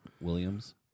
Williams